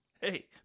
Hey